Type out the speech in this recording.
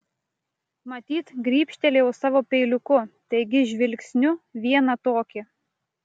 matyt gribštelėjau savo peiliuku taigi žvilgsniu vieną tokį